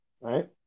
right